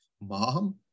mom